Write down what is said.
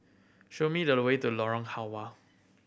show me the way to Lorong Halwa